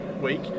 week